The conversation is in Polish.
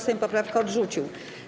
Sejm poprawkę odrzucił.